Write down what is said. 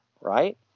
right